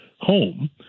home